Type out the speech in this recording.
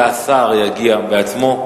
אלא השר יגיע בעצמו,